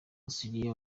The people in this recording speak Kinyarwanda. syria